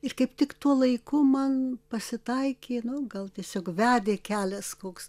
ir kaip tik tuo laiku man pasitaikė nu gal tiesiog vedė kelias koks